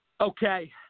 Okay